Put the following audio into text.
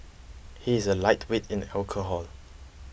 he is a lightweight in alcohol